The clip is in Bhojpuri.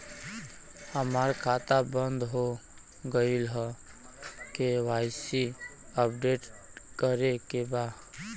हमार खाता बंद हो गईल ह के.वाइ.सी अपडेट करे के बा?